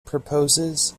proposes